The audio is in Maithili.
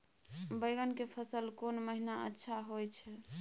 बैंगन के फसल कोन महिना अच्छा होय छै?